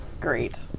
Great